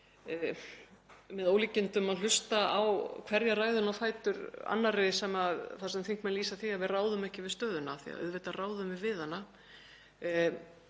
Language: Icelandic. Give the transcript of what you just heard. með ólíkindum að hlusta á hverja ræðuna á fætur annarri þar sem þingmenn lýsa því að við ráðum ekki við stöðuna. Auðvitað ráðum við við hana.